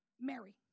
Mary